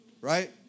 right